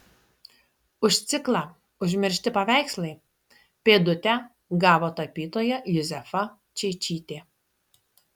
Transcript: už ciklą užmiršti paveikslai pėdutę gavo tapytoja juzefa čeičytė